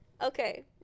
okay